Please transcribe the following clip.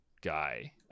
guy